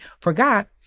forgot